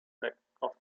lekko